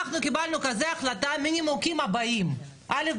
קיבלנו החלטה זו מהנימוקים הבאים: א,